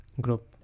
group